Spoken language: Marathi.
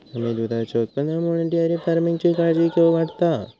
कमी दुधाच्या उत्पादनामुळे डेअरी फार्मिंगची काळजी वाढता हा